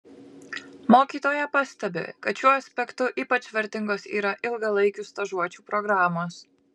mokytoja pastebi kad šiuo aspektu ypač vertingos yra ilgalaikių stažuočių programos